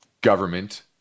government